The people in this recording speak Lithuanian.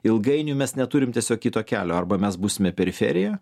ilgainiui mes neturim tiesiog kito kelio arba mes būsime periferija